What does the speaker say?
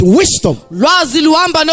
wisdom